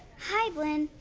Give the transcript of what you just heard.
hi, blynn.